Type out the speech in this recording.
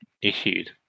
issued